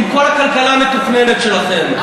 עם כל הכלכלה המתוכננת שלכם.